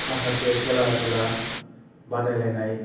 माखासे खेला दुला बादायलायनाय